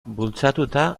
bultzatuta